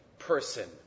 person